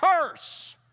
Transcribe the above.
curse